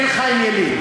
אין חיים ילין.